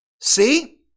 See